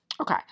okay